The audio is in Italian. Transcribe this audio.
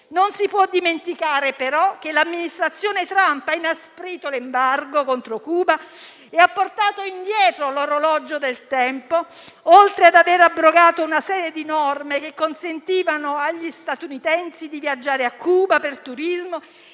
Non si può dimenticare, però, che l'Amministrazione Trump ha inasprito l'embargo contro Cuba e ha portato indietro l'orologio del tempo, oltre ad aver abrogato una serie di norme che consentivano agli statunitensi di viaggiare a Cuba per turismo